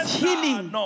healing